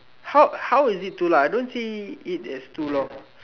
how how is it too long I don't see it as too long